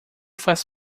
faz